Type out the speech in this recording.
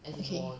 okay